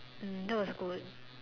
that was good